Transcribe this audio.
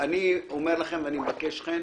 אני אומר לכם, ואני מבקש, חן,